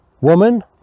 woman